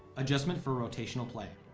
adjustment for rotational play